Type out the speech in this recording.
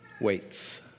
waits